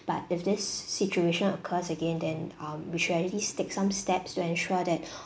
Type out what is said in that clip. but if this situation occurs again then um which we already s~ take some steps to ensure that